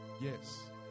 Yes